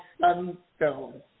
sunstone